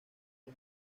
los